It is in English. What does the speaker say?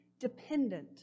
dependent